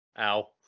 Ow